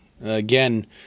Again